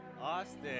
Austin